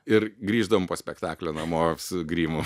ir grįždavom po spektaklio namo su grimu